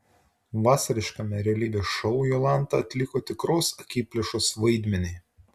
vasariškame realybės šou jolanta atliko tikros akiplėšos vaidmenį